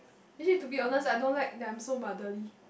actually to be honest I don't like that I'm so motherly